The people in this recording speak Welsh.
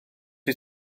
wyt